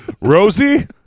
Rosie